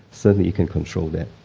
certainly you can control that.